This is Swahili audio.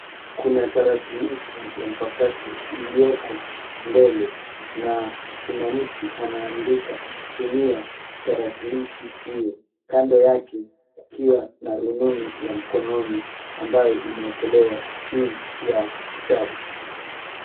Kuna Tarakilishi ya mpakato ilioko mbele na kuna mtu anaandika kutumia Tarakilishi hio, kando yake kukiwa na rununu ya mkonononi ambayo imeekelewa juu ya kitabu.